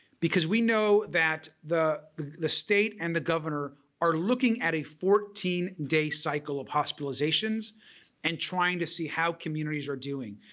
because we know that the the state and the governor are looking at a fourteen day cycle of hospitalizations and trying to see how communities are doing.